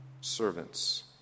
servants